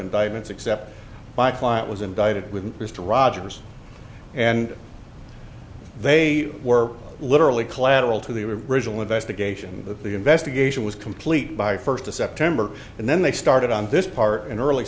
indictments except my client was indicted wouldn't just rogers and they were literally collateral to the original investigation that the investigation was complete by first of september and then they started on this part in early